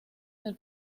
del